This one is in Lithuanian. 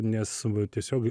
nes tiesiog